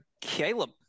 Caleb